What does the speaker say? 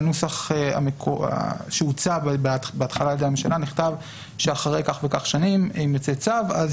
בנוסח שהוצע בהתחלה נכתב שאחרי כך וכך שנים אם ייצא צו אז